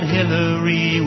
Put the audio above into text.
Hillary